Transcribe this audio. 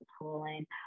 pulling